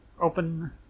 open